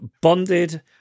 bonded